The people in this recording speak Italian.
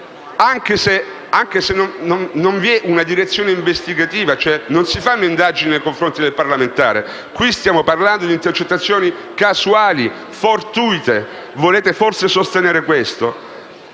anche se non vi è una direzione investigativa, se cioè non si fanno indagini nei confronti del parlamentare: in questo caso stiamo parlando di intercettazioni casuali, fortuite. Volete forse sostenere questo?